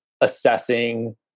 assessing